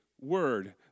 word